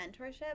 mentorship